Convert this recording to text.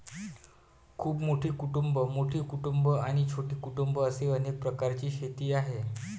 खूप मोठी कुटुंबं, मोठी कुटुंबं आणि छोटी कुटुंबं असे अनेक प्रकारची शेती आहे